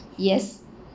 yes